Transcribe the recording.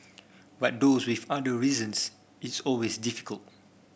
but those with under reasons it's always difficult